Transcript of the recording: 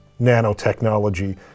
nanotechnology